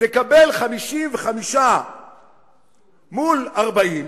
תקבל 55 מול 40,